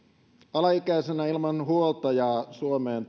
alaikäisenä ilman huoltajaa suomeen